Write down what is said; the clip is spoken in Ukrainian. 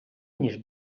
ніж